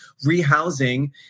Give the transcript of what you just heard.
rehousing